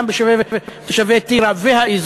גם בשם תושבי טירה והאזור,